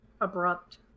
abrupt